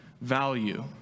value